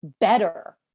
better